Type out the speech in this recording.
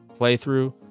playthrough